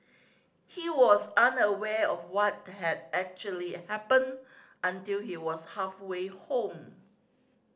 he was unaware of what had actually happened until he was halfway home